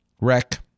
Wreck